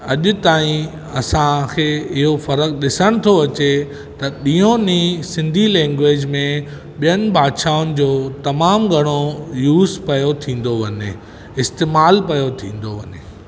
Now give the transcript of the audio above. अॼ ताईं असांखे इहो फर्क़ु ॾिसण थो अचे त ॾींहों ॾींहुं सिंधी लैंग्वेज मे ॿियनि भाषाउनि जो तमामु घणो यूस पियो थींदो वञे इस्तेमाल पियो थींदो वञे